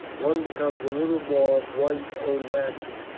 one becomes a little more one's own master,